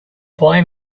boy